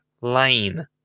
lane